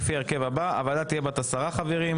לפי ההרכב הבא: הוועדה תהיה בת עשרה חברים,